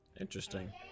Interesting